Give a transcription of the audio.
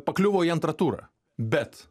pakliuvo į antrą turą bet